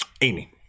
Amy